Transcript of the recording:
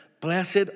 Blessed